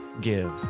give